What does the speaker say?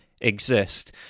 exist